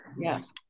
Yes